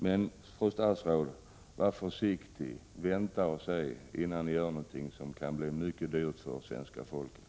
Men, fru statsråd, var försiktig ändå och gör inte något som kan bli mycket dyrt för svenska folket.